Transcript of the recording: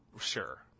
Sure